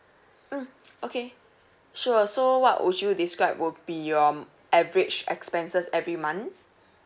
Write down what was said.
mm okay sure so what would you describe will be your average expenses every month